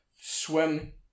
Swim